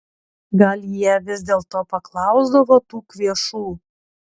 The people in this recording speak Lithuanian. gal jie vis dėlto paklausdavo tų kvėšų